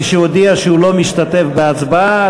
מי שהודיע שהוא לא משתתף בהצבעה,